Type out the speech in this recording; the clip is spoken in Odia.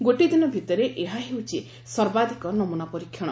ଗୋଟିଏ ଦିନ ଭିତରେ ଏହା ହେଉଛି ସର୍ବାଧିକ ନମ୍ରନା ପରୀକ୍ଷଣ